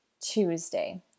Tuesday